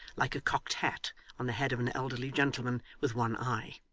like a cocked hat on the head of an elderly gentleman with one eye.